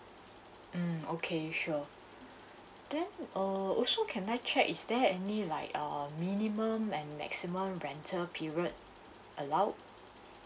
mm okay sure then err also can I check is there any like err minimum and maximum rental period allowed